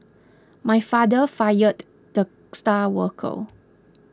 my father fired the star worker